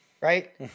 right